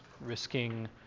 risking